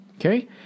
Okay